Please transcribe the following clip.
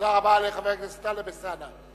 תודה רבה לחבר הכנסת טלב אלסאנע.